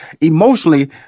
emotionally